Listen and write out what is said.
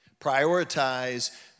Prioritize